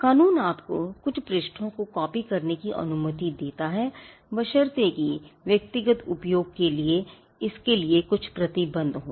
कानून आपको कुछ पृष्ठों को कॉपी करने की अनुमति देता है बशर्ते कि व्यक्तिगत उपयोग के लिए इसके लिए कुछ प्रतिबंध हों